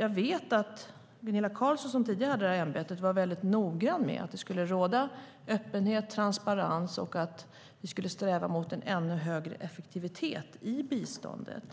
Jag vet att Gunilla Carlsson, som tidigare hade det här ämbetet, var väldigt noga med att det skulle råda öppenhet och transparens och att vi skulle sträva mot ännu högre effektivitet i biståndet.